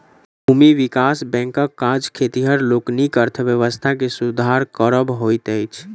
भूमि विकास बैंकक काज खेतिहर लोकनिक अर्थव्यवस्था के सुधार करब होइत अछि